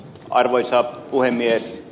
arvoisa puhemies